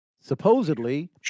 Supposedly